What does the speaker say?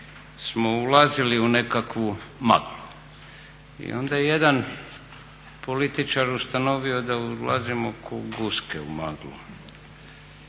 ulazili u nekakvu maglu i onda je jedan političar ustanovio da ulazimo ko guske u maglu.